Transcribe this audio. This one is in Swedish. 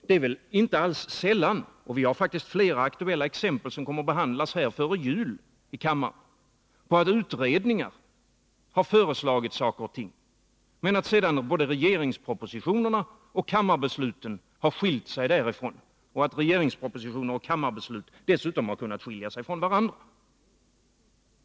Det är väl inte alls ovanligt — vi har faktiskt flera aktuella exempel på sådana ärenden som kommer att behandlas här i kammaren före jul — att utredningar har föreslagit saker och ting men att sedan regeringspropositionerna och kammarbesluten har skilt sig därifrån och att regeringspropositioner och kammarbeslut dessutom har skilt sig från varandra.